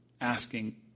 asking